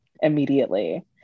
immediately